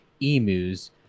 emus